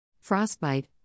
Frostbite